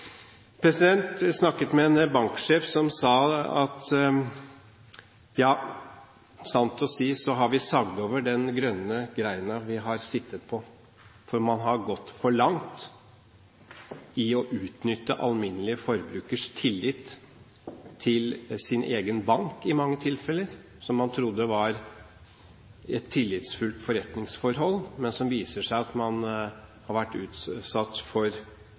Jeg snakket med en banksjef som sa: Ja, sant å si har vi sagd over den grønne grenen vi har sittet på, for man har gått for langt i å utnytte alminnelige forbrukeres tillit til sin egen bank i mange tilfeller – det man trodde var et tillitsfullt forretningsforhold. Men det viser seg at man har vært utsatt for